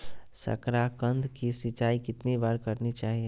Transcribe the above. साकारकंद की सिंचाई कितनी बार करनी चाहिए?